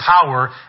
power